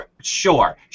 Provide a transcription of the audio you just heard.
sure